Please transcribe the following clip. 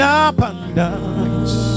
abundance